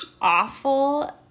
awful